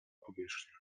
powierzchnia